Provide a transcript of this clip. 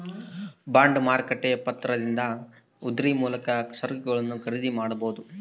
bond ಮಾರುಕಟ್ಟೆಯ ಪತ್ರದಿಂದ ಉದ್ರಿ ಮೂಲಕ ಸರಕುಗಳನ್ನು ಖರೀದಿ ಮಾಡಬೊದು